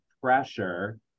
pressure